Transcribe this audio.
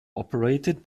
operated